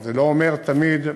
זה לא אומר שתמיד,